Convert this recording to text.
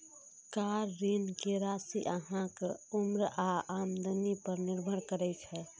car ऋण के राशि अहांक उम्र आ आमदनी पर निर्भर करै छै